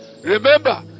Remember